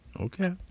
Okay